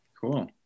Cool